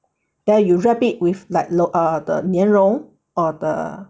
then you get bit with like the err the 莲蓉 or the